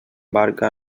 barca